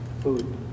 food